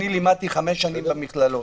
לימדתי חמש שנים במכללות,